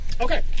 Okay